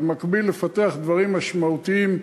אבל במקביל לפתח דברים משמעותיים,